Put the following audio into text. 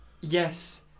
yes